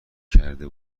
کرده